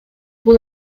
бул